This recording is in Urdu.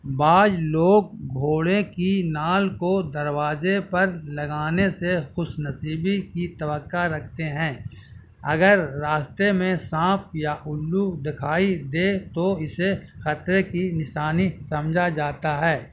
بعض لوگ گھوڑے کی نال کو دروازے پر لگانے سے خوشنصیبی کی توقع رکھتے ہیں اگر راستے میں سانپ یا اللو دکھائی دے تو اسے خطرے کی نشانی سمجھا جاتا ہے